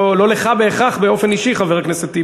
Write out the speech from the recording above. זה לא לך בהכרח באופן אישי, חבר הכנסת טיבי,